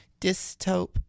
dystope